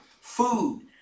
Food